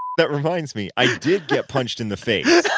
that reminds me. i did get punched in the face